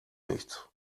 nichts